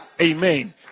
Amen